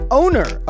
owner